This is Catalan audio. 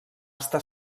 estar